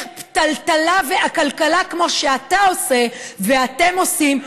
פתלתלה ועקלקלה כמו שאתה עושה ואתם עושים,